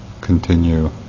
continue